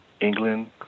England